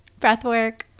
breathwork